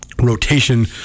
Rotation